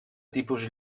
tipus